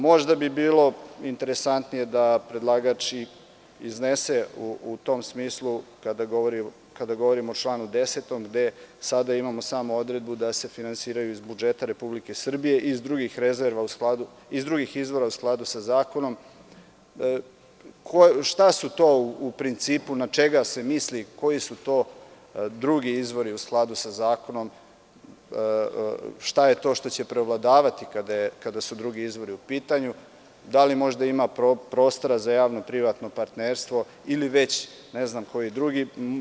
Možda bi bilo interesantnije da predlagač iznese u tom smislu kada govorimo o članu 10. gde sada imamo samo odredbu da se finansiraju iz budžeta Republike Srbije i iz drugih izvora u skladu sa zakonom šta je to u principu i na šta se misli, koji su to drugi izvori u skladu sa zakonom, šta je to što će preovladavati kada su drugi izvori u pitanju i da li možda ima prostora za javno-privatno partnerstvo ili već ne znam šta drugo.